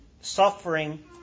suffering